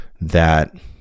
that-